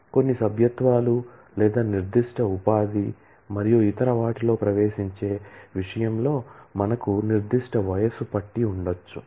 కొన్ని సభ్యత్వాలు లేదా నిర్దిష్ట ఉపాధి మరియు ఇతర వాటిలో ప్రవేశించే విషయంలో మనకు నిర్దిష్ట వయస్సు పట్టీ ఉండవచ్చు